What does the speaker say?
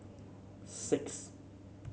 six